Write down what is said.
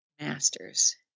masters